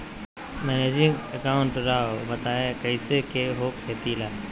Managing account राव बताएं कैसे के हो खेती ला?